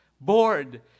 Bored